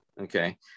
okay